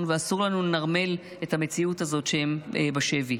ואסור לי לנרמל את המציאות הזאת שהם בשבי.